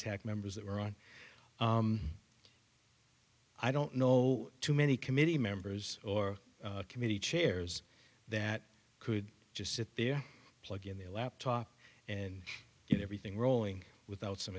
itek members that were on i don't know too many committee members or committee chairs that could just sit there plug in the laptop and you know everything rolling without some